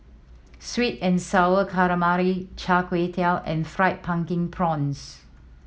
Sweet and Sour Calamari Char Kway Teow and Fried Pumpkin Prawns